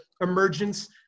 emergence